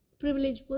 Privileged